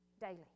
daily